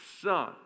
son